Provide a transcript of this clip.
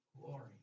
Glory